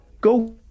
Go